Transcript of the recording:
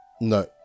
no